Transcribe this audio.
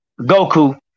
Goku